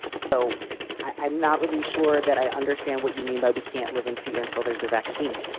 so i'm not really sure that i understand what you mean by we can't live in fear until there's a vaccine.